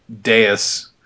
dais